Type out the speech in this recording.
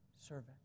servant